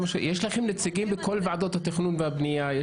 יש לכם נציגים בכל ועדות התכנון והבנייה,